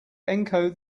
encode